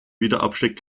wiederabstieg